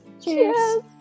Cheers